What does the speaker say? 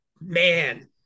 man